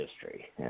history